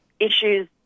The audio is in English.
issues